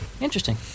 Interesting